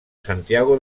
santiago